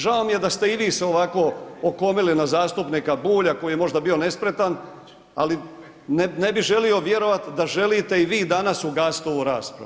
Žao mi je da ste i vi se ovako okomili na zastupnika Bulja koji je možda bio nespretan ali ne bi želio vjerovati da želite i vi danas ugasiti ovu raspravu.